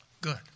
good